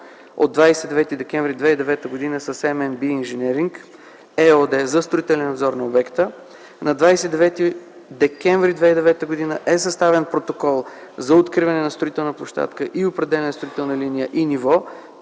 от 29 декември 2009 г. с „ММБ Инженеринг” ЕООД за строителен надзор на обекта. На 29 декември 2009 г. е съставен протокол за откриване на строителна площадка и определяне на строителна линия и ниво,